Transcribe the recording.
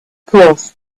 course